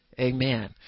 Amen